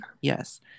Yes